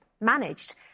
Managed